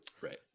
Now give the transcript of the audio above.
Right